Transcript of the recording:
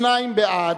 שניים בעד,